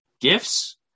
gifts